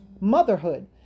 motherhood